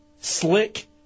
Slick